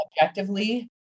objectively